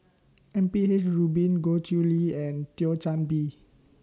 M P H Rubin Goh Chiew Lye and Thio Chan Bee